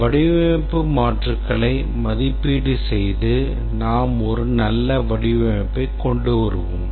வடிவமைப்பு மாற்றுகளை மதிப்பீடு செய்து நாம் ஒரு நல்ல வடிவமைப்பைக் கொண்டு வருவோம்